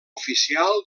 oficial